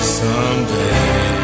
someday